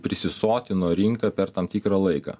prisisotino rinką per tam tikrą laiką